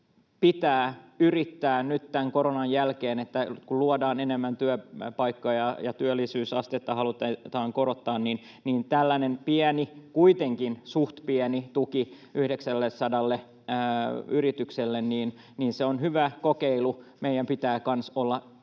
kanssa yrittää nyt koronan jälkeen, ja kun luodaan enemmän työpaikkoja ja työllisyysastetta halutaan korottaa, niin tällainen, kuitenkin suht pieni tuki 900 yritykselle on hyvä kokeilu. Meidän pitää kanssa olla